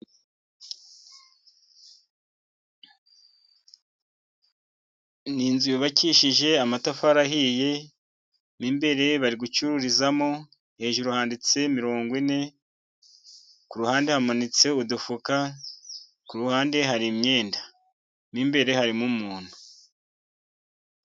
Ni inzu yubakishije amatafari ahiye, mo imbere bari gucururizamo. Hejuru handitse mirongo ine, ku ruhande hamanitse udufuka, ku ruhande hari imyenda, mo imbere harimo umuntu.